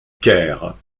caire